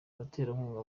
abaterankunga